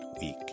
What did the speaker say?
week